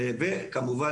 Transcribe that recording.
וכמובן,